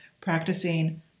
practicing